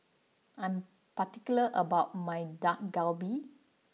I am particular about my Dak Galbi